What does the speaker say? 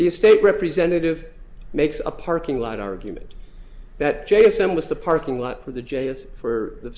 the state representative makes a parking lot argument that jason was the parking lot for the j s for the